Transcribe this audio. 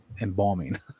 embalming